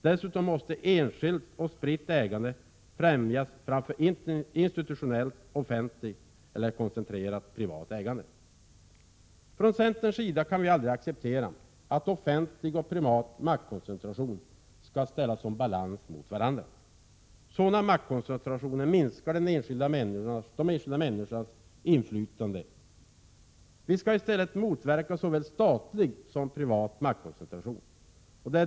Dessutom måste enskilt och spritt ägande främjas framför institutionellt och offentligt eller koncentrerat privat ägande. Vi i centern kan aldrig acceptera att offentlig och privat maktkoncentration balanseras mot varandra. Sådana maktkoncentrationer minskar de enskilda människornas inflytande. I stället skall såväl statlig som privat maktkoncentration motverkas.